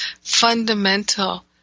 fundamental